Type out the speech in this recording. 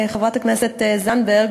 חברת הכנסת זנדברג,